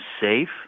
safe